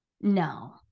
no